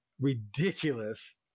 ridiculous